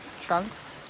Trunks